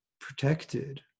Protected